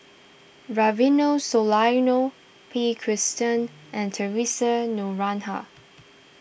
Rufino Soliano P Krishnan and theresa Noronha